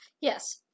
Yes